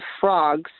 frogs